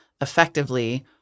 effectively